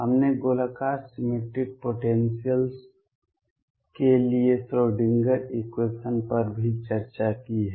हमने गोलाकार symmetric potentials के लिए श्रोडिंगर इक्वेशन Schrödinger equation पर भी चर्चा की है